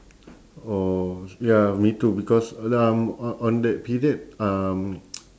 oh ya me too because um o~ on that period um